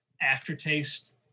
aftertaste